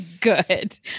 good